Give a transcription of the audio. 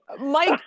Mike